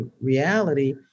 reality